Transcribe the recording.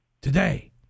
Today